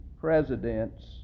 presidents